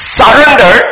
surrender